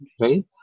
Right